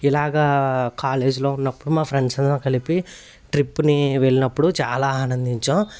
ఇలాగా కాలేజ్లో ఉన్నప్పుడు మా ఫ్రెండ్స్తో కలిపి ట్రిప్ని వెళ్ళినప్పుడు చాలా ఆనందించాం